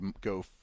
go